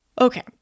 okay